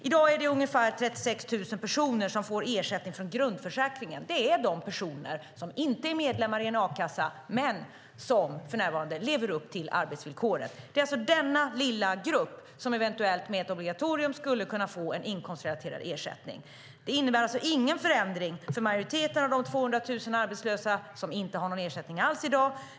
I dag är det ungefär 36 000 personer som får ersättning från grundförsäkringen. Det är de personer som inte är medlemmar i en a-kassa men som för närvarande lever upp till arbetsvillkoret. Det är denna lilla grupp som med ett obligatorium eventuellt skulle kunna få en inkomstrelaterad ersättning. Det innebär alltså ingen förändring för majoriteten av de 200 000 arbetslösa som inte har någon ersättning alls i dag.